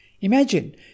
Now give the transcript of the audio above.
Imagine